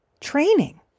training